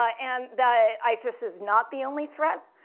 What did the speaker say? ah and that isis is not the only threat,